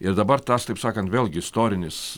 ir dabar tas taip sakant vėlgi istorinis